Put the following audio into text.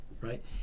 right